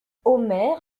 omer